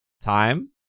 time